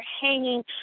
hanging